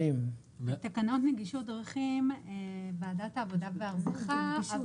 תקנות נגישות דרכים זה ועדת העבודה והרווחה.